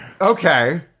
Okay